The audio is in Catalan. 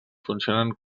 funcionen